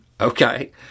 Okay